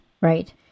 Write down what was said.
right